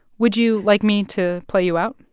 would you like me to play you out?